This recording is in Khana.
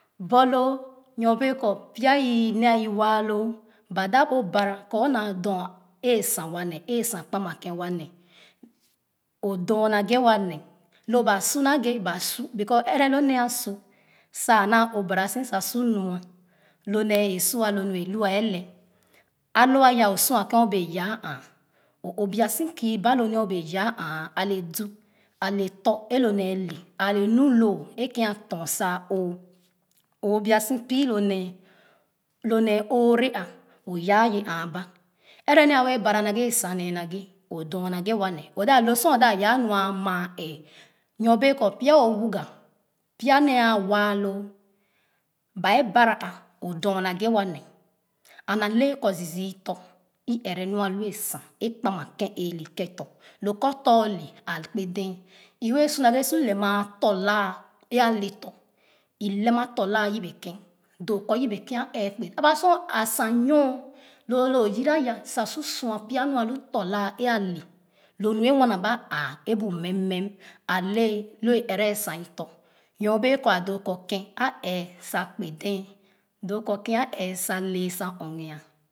Borloo nyo nee bee kɔ pya i nee iwaa loo ba da o bara kɔ o naa dor esan kpoma ken wa nee o dor naghɛ wa nee lo ba su naghɛ ba su because ɛrɛ lo nee a su nu sa naa o bara so sa su mia lo nee é sua lo nuu ehia a lɛh alo aya o sua ken o bee yaa aa oo bie so kii ba lo nee ken o bee yaa aa ale du ale tɔ e lo nee le ale nu loo ẽ ken sa aa o’o o bua so pii lo nee lo nee o’ore a oyaa ye aaba ɛrɛ nee awɛɛ bara naghe a san nee naghe o dor naghe wa nee oda lo sor o da yaa nɔa maa ɛɛ nyo bee kɔ pya owuga pya nee aa wa loo ba e bara a odor naghe wa nee and ale kɔ zii zii tɔ i ɛrɛ nu alua san kpa ma ken ee le kentɔ lo kɔ tɔ o le akpe dee obee su naghe su lɛ ma tɔ laa e ale tɔ u lɛ ma tɔ laa yebe ken doo kɔ yebe ken a ɛɛ kpe dee aba sor asan yɔɔn lolo yira ya sa su suapya nu alu tɔ laa ale lo nu e nwana ba aa e bu mɛm-mẹm alɛ lo e ɛrɛ asan u tɔ nyo bee kɔ a doo kɔ ken a ɛɛ sa kpe dee doo kɔ ken alɛ sa ẹɛ ɔgua